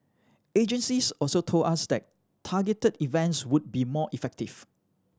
agencies also told us that targeted events would be more effective